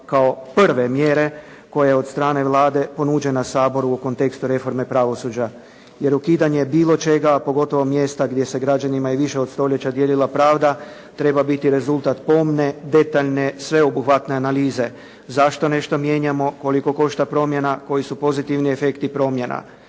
kao prve mjere koje je od strane Vlade ponuđena Saboru u kontekstu reforme pravosuđa. Jer ukidanje bilo čega pogotovo mjesta gdje se građanima i više od stoljeća dijelila pravda treba biti rezultat pomne, detaljne sveobuhvatne analize zašto nešto mijenjamo, koliko košta promjena, koji su pozitivni efekti promjena?